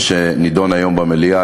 שנדון היום במליאה.